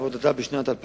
זה שבועות?